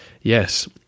Yes